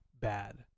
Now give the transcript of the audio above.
bad